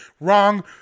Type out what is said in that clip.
Wrong